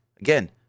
Again